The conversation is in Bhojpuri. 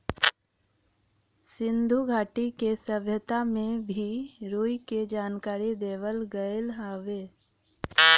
सिन्धु घाटी के सभ्यता में भी रुई क जानकारी देवल गयल हउवे